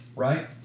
Right